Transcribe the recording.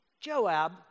Joab